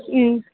उम्